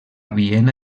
viena